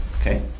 Okay